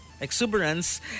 exuberance